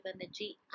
energy